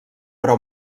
però